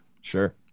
sure